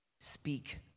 speak